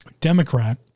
Democrat